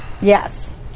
Yes